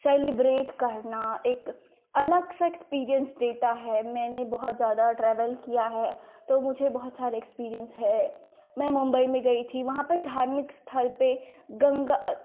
celebrate करना एक अलग सा एक्सपीरिएन्स देता है मैंने बहुत ज़्यादा ट्रैवल किया है तो मुझे बहुत सारा एक्सपीरिएन्स है मैं मुम्बई में गई थी वहाँ पर धार्मिक स्थल पर गंगा